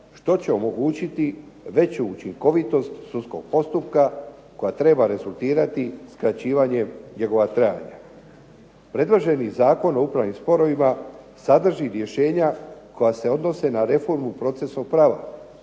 što će omogućiti veću učinkovitost sudskog postupka koja treba rezultirati skraćivanjem njegova trajanja. Predloženi Zakon o upravnim sporovima sadrži rješenja koja se odnose na reformu procesnog prava